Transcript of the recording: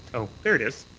ah there it is.